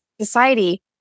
society